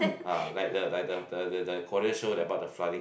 ah like the like the the the the Korean show the about the flooding